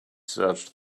search